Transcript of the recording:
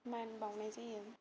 मान बावनाय जायो